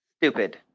stupid